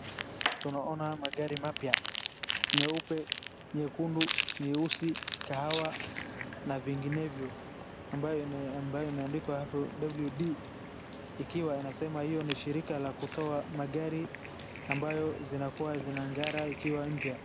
Tunaona magari mapya, nyeupe, nyekundu, nyeusi, kahawa na vinginevyo ambayo imeandikwa hapo WD ikiwa inasema hiyo ni shirika la kutoa magari ambayo zinakuwa zinang'ara ikiwa mpya.